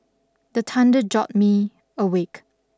the thunder jolt me awake